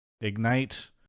Ignite